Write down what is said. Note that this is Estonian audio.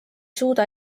suuda